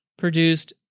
produced